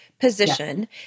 position